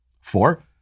Four